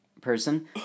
person